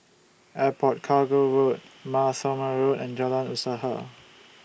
Airport Cargo Road Mar Thoma Road and Jalan Usaha